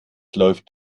läuft